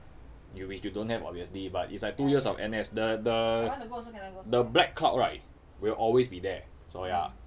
in which you don't have obviously but it's like two years of N_S the the the black cloud right will always be there so ya